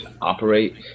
operate